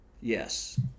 Yes